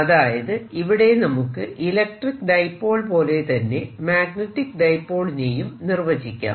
അതായത് ഇവിടെ നമുക്ക് ഇലക്ട്രിക്ക് ഡൈപോൾ പോലെ തന്നെ മാഗ്നെറ്റിക് ഡൈപോളിനെയും നിർവചിക്കാം